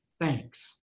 Thanks